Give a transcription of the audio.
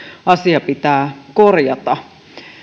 asia pitää korjata